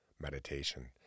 Meditation